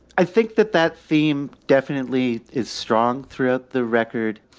i think that that theme definitely is strong throughout the record.